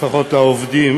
לפחות העובדים